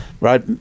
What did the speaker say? Right